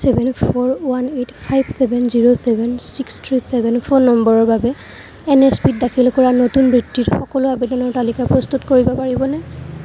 seven four one eight five seven zero seven six three seven phone নম্বৰৰ বাবে NSP ত দাখিল কৰা নতুন বৃত্তিৰ সকলো আবেদনৰ তালিকা প্ৰস্তুত কৰিব পাৰিবনে